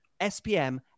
SPM